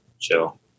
chill